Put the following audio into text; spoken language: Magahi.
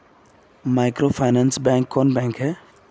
माइक्रोफाइनांस बैंक कौन बैंक है?